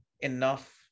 enough